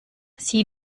sie